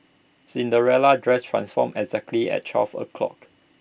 Cinderella's dress transformed exactly at twelve o'clock